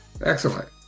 Excellent